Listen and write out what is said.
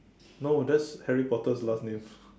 no that's Harry-Potter's last name